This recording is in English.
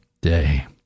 day